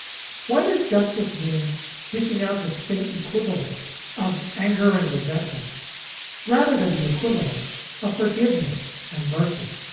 why does justice mean dishing out the state equivalent of anger and resentment rather than the equivalent of forgiveness and mercy?